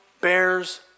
bears